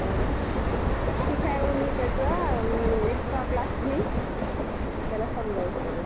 बरं ठीक आहे मग मी त्याचं एक्स्ट्राॅ क्लास घेईल मी त्याला समजावून सांगेन